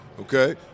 Okay